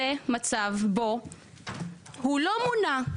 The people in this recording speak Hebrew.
זה מצב בו הוא לא מונה,